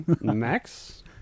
max